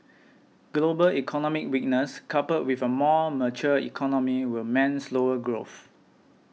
global economic weakness coupled with a more mature economy will meant slower growth